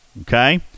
okay